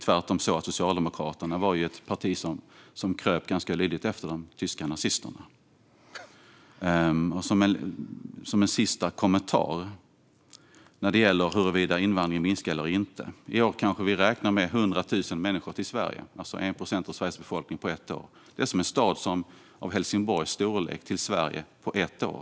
Tvärtom var Socialdemokraterna ett parti som kröp ganska lydigt efter de tyska nazisterna. En sista kommentar när det gäller huruvida invandringen minskar eller inte: I år kan vi kanske räkna med 100 000 människor till Sverige, alltså 1 procent av Sveriges befolkning på ett år. Det är som en stad av Helsingborgs storlek till Sverige på ett år.